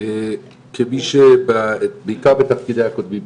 כמי שבעיקר בתפקידי הקודמים,